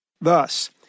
Thus